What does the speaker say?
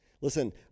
listen